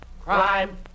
Crime